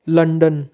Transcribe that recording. London